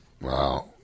Wow